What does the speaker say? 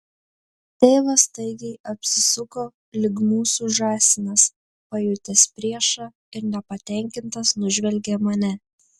tėvas staigiai apsisuko lyg mūsų žąsinas pajutęs priešą ir nepatenkintas nužvelgė mane